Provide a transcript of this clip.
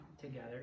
together